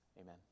Amen